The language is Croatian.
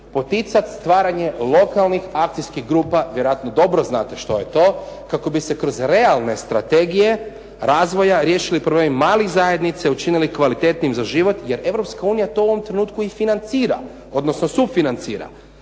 poticati stvaranje lokalnih akcijskih grupa, vjerojatno dobro znate što je to, kako bi se kroz realne strategije razvoja riješili problemi malih zajednica i učinili kvalitetnijim za život jer Europska unija to u ovom trenutku i financira, odnosno sufinancira.